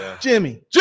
Jimmy